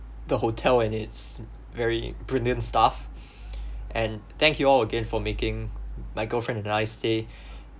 the hotel in its very brilliant staff and thank you all again for making my girlfriend and I stay